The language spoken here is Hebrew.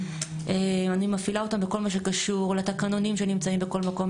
אני מפעילה אותה בכל מה שקשור לתקנונים שנמצאים בכל מקום.